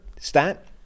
stat